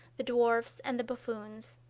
the dwarfs, and the buffoons.